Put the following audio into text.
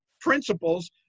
principles